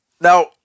Now